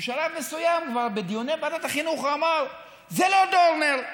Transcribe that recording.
בשלב מסוים כבר בדיוני ועדת החינוך הוא אמר: זה לא דורנר.